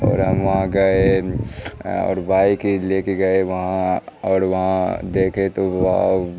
اور ہم وہاں گئے اور بائک لے کے گئے وہاں اور وہاں دیکھے تو وہ